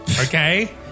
okay